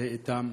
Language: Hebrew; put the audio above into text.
ומזדהה אתם.